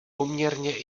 poměrně